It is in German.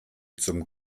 zum